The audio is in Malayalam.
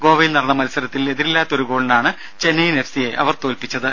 ഗോവയിൽ നടന്ന മത്സരത്തിൽ എതിരില്ലാത്ത ഒരു ഗോളിനാണ് ചെന്നൈയിൻ എഫ്സിയെ അവർ തോൽപ്പിച്ചത്